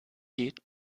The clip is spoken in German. geht